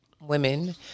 women